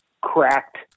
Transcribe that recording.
cracked